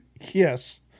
Yes